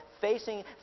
facing